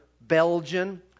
Belgian